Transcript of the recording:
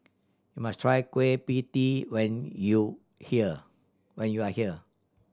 you must try Kueh Pie Tee when you here when you are here